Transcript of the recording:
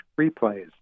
replays